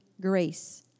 grace